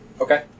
Okay